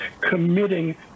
committing